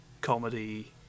comedy